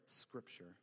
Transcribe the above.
scripture